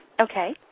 Okay